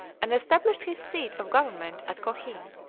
and established his seat of government at cochin.